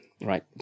right